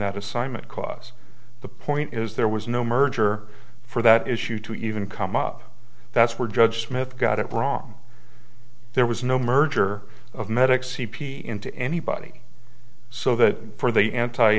that assignment cause the point is there was no merger for that issue to even come up that's where judge smith got it wrong there was no merger of medic c p into anybody so that for the anti